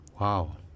Wow